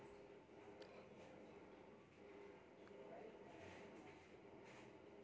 ఇదేమైన గతకాలమా దుడ్డుంటేనే క్రియ ప్రక్రియలు జరిగేది